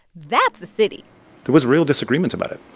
that's a city there was real disagreement about it,